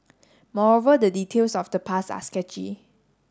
moreover the details of the past are sketchy